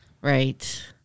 right